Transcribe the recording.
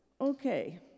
okay